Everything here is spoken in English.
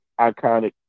iconic